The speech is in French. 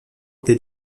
des